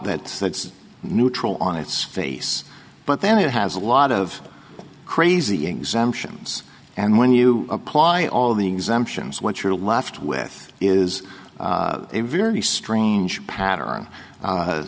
that's neutral on its face but then it has a lot of crazy exemptions and when you apply all the exemptions what you're left with is a very strange pattern a